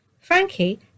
Frankie